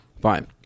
fine